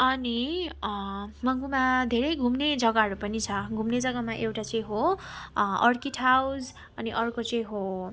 अनि मङ्पुमा धेरै घुम्ने जग्गाहरू पनि छ घुम्ने जगामा एउटा चाहिँ हो अर्किड हाउस अनि अर्को चाहिँ हो